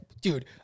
dude